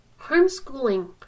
Homeschooling